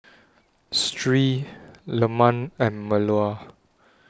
Sri Leman and Melur